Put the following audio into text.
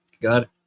God